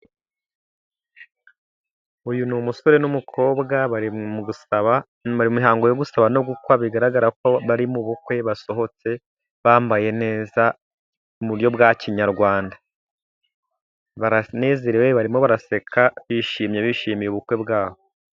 Uyu ni umusore n'umukobwa, bari mu mihango yo gusaba no gukwa, bigaragara ko bari mu bukwe, basohotse bambaye neza mu buryo bwa kinyarwanda. Baranezerewe, barimo baraseka bishimye, bishimiye ubukwe bwabo.